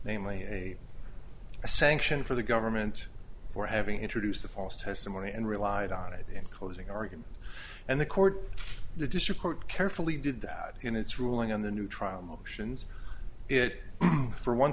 namely a sanction for the government for having introduced the false testimony and relied on it in closing argument and the court the district court carefully did that in its ruling on the new trial motions it for one